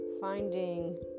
finding